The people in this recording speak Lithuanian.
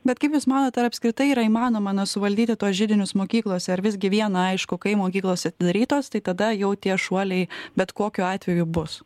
bet kaip jūs manot ar apskritai yra įmanoma na suvaldyti tuos židinius mokyklose ar visgi viena aišku kai mokyklos atidarytos tai tada jau tie šuoliai bet kokiu atveju bus